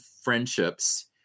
friendships